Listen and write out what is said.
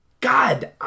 God